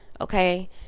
okay